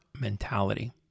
mentality